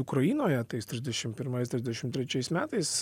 ukrainoje tais trisdešim primais trisdešim trečiais metais